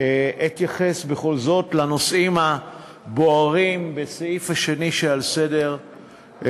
אני אתייחס בכל זאת לנושאים הבוערים שבסעיף השני שעל סדר-היום.